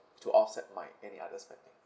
to offset my any other spending